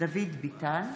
דוד ביטן,